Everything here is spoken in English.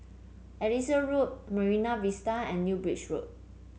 Elias Road Marine Vista and New Bridge Road